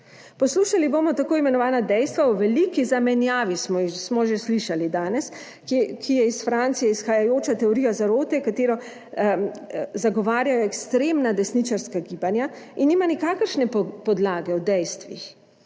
Poslušali bomo tako imenovana dejstva o veliki zamenjavi, smo že slišali danes, ki je iz Francije izhajajoča teorija zarote, katero zagovarjajo ekstremna desničarska gibanja in nima nikakršne podlage o dejstvih.